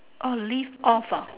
orh live off ah